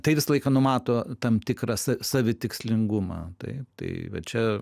tai visą laiką numato tam tikrą savi tikslingumą taip tai va čia